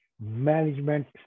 management